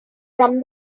from